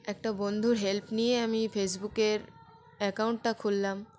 একটা বন্ধুর হেল্প নিয়ে আমি ফেসবুকের অ্যাকাউন্টটা খুললাম